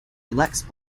elects